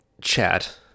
chat